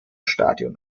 stadion